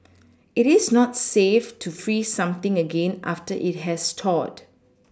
it is not safe to freeze something again after it has thawed